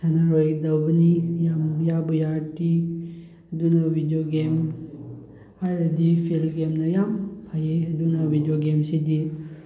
ꯁꯥꯟꯅꯔꯣꯏꯗꯧꯕꯅꯤ ꯌꯥꯝ ꯌꯥꯕꯨ ꯌꯥꯔꯗꯤ ꯑꯗꯨꯅ ꯚꯤꯗꯤꯑꯣ ꯒꯦꯝ ꯍꯥꯏꯔꯗꯤ ꯐꯤꯜ ꯒꯦꯝꯅ ꯌꯥꯝ ꯐꯩꯌꯦ ꯑꯗꯨꯅ ꯚꯤꯗꯤꯑꯣ ꯒꯦꯝꯁꯤꯗꯤ